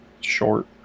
short